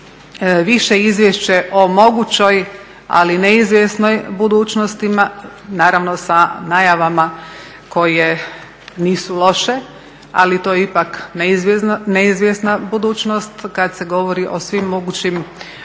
više izvješće o mogućoj, ali neizvjesnoj budućnosti, naravno sa najavama koje nisu loše, ali to je ipak neizvjesna budućnost kad se govori o svim mogućim projektima